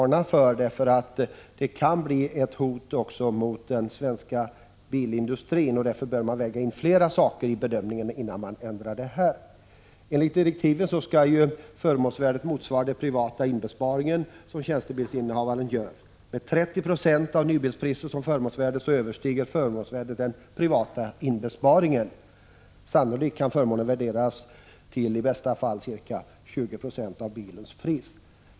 En sådan här skatteskärpning kan bli ett hot mot den svenska bilindustrin, och därför bör flera saker vägas in i bedömningen innan denna beskattning ändras. Enligt direktiven skall förmånsvärdet motsvara den privata inbesparing som tjänstebilsinnehavaren gör. Med 30 96 av nybilspriset som förmånsvärde överstiger förmånsvärdet den privata inbesparingen. Sannolikt kan förmånen värderas till i bästa fall ca 20 20 av bilens pris.